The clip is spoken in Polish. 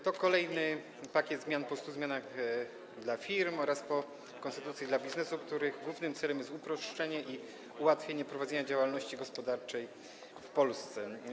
To kolejny pakiet zmian po 100 zmianach dla firm oraz po konstytucji dla biznesu, których głównym celem jest uproszczenie i ułatwienie prowadzenia działalności gospodarczej w Polsce.